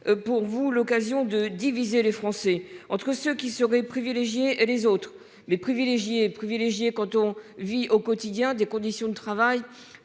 pour vous l'occasion de diviser les Français, entre ceux qui seraient privilégiée et les autres mais. Privilégié quand on vit au quotidien des conditions de travail